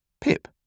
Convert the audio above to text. Pip